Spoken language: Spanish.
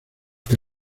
que